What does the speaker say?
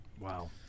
Wow